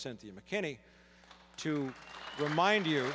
cynthia mckinney to remind you